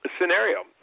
scenario